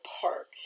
park